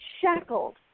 shackled